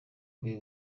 ukwiye